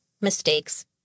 mistakes